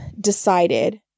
decided